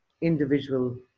individual